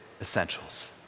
essentials